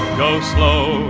go slow,